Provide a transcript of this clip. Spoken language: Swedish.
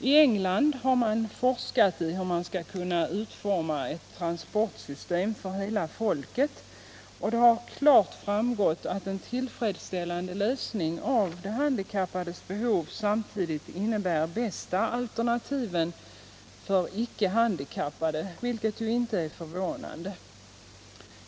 I England har man forskat i hur man skall kunna utforma ett transportsystem för hela folket, och det har klart framgått att en tillfredsställande lösning av de handikappades problem samtidigt innebär bästa alternativen för icke handikappade, vilket inte är förvånande.